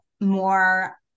more